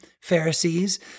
Pharisees